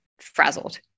frazzled